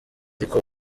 ariko